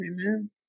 Amen